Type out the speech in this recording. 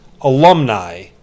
alumni